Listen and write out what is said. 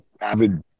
avid